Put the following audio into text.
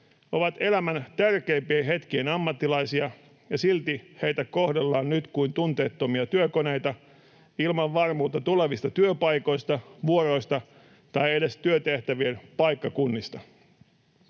ovat elämän tärkeimpien hetkien ammattilaisia, ja silti heitä kohdellaan nyt kuin tunteettomia työkoneita ilman varmuutta tulevista työpaikoista, -vuoroista tai edes työtehtävien paikkakunnista.